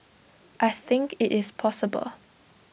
I think IT is possible